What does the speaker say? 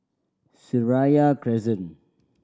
Seraya Crescent